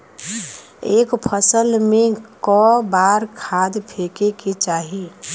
एक फसल में क बार खाद फेके के चाही?